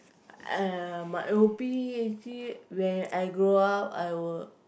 uh my actually when I grow up I will